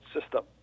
system